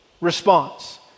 response